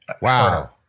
wow